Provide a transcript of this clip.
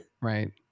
right